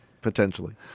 potentially